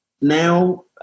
now